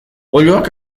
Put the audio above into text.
oiloak